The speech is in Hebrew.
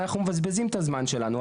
אנחנו מבזבזים את הזמן שלנו,